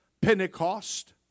Pentecost